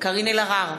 קארין אלהרר,